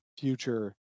future